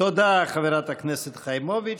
תודה, חברת הכנסת חיימוביץ'.